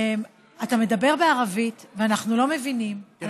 אתה מדבר בערבית ואנחנו לא מבינים.